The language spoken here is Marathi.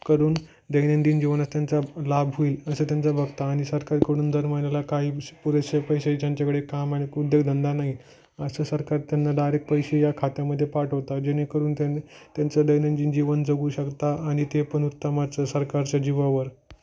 कडून दैनंदिन जीवनात त्यांचा लाभ होईल असं त्यांचं बघता आणि सरकारकडून दर महिन्याला काही श पुरेसे पैसे ज्यांच्याकडे काम आणि उद्योगधंदा नाही असं सरकार त्यांना डायरेक्ट पैसे या खात्यामध्ये पाठवता जेणेकरून त्यां त्यांचं दैनंदिन जीवन जगू शकता आणि ते पण उत्तमच सरकारच्या जीवावर